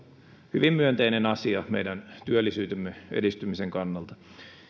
hyvin myönteinen asia meidän työllisyytemme edistymisen kannalta